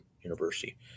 University